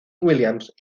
williams